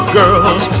girls